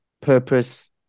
purpose